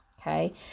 okay